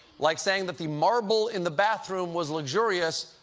like saying that the marble in the bathroom was luxurious,